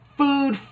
food